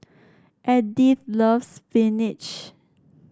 Edythe loves spinach